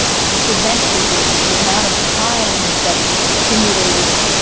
so the event frequency, the amount of times that these stimulating,